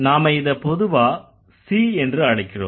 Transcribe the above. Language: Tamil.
நாம இதை பொதுவா C என்று அழைக்கிறோம்